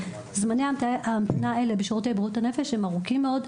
זמני ההמתנה האלה בשירותי בריאות הנפש הם ארוכים מאוד,